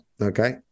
okay